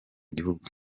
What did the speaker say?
gihugu